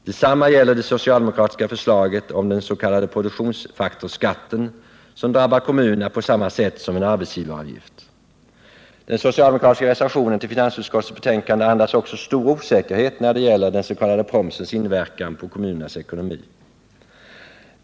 Detsamma gäller det socialdemokratiska förslaget om den s.k. produktionsfaktorsskatten som drabbar kommunerna på samma sätt som en arbetsgivaravgift. Den socialdemokratiska reservationen vid finansutskottets betänkande andas också stor osäkerhet när det gäller den s.k. promsens inverkan på kommunernas ekonomi.